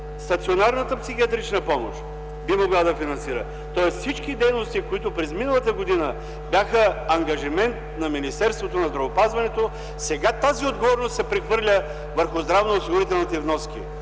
стационарната психиатрична помощ? Би могла. Тоест отговорността за всички дейности, които през миналата година бяха ангажимент на Министерството на здравеопазването, сега се прехвърля върху здравноосигурителните вноски.